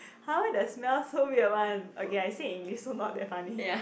!huh! why the smell so weird one okay I say in English so not that funny